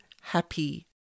happy